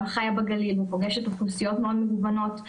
חיה בגליל ופוגשת אוכלוסיות מאוד מגוונות,